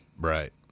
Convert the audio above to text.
right